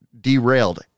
derailed